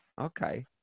Okay